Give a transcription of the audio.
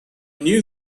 knew